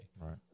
Right